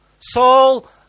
Saul